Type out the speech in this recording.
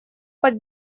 под